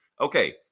okay